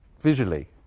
Visually